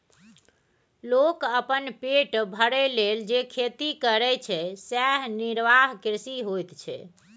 लोक अपन पेट भरय लेल जे खेती करय छै सेएह निर्वाह कृषि होइत छै